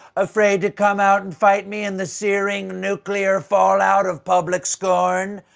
afraid to come out and fight me in the searing nuclear fallout of public scorn?